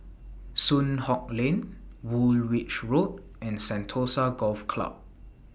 Soon Hock Lane Woolwich Road and Sentosa Golf Club